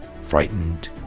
frightened